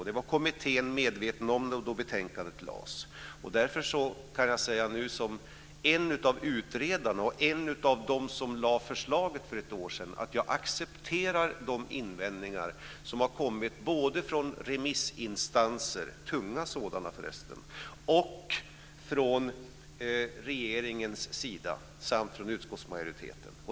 Det var kommittén medveten om då betänkandet lades fram. Därför kan jag säga nu som en av utredarna, en av dem som lade fram förslaget för ett år sedan, att jag accepterar de invändningar som har kommit både från remissinstanser, tunga sådana för resten, och från regeringens sida samt från utskottsmajoriteten.